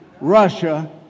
Russia